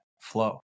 flow